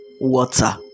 water